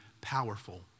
powerful